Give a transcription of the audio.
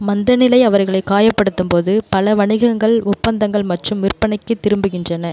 மந்தநிலை அவர்களை காயப்படுத்தும் போது பல வணிகங்கள் ஒப்பந்தங்கள் மற்றும் விற்பனைக்கு திரும்புகின்றன